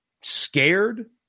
scared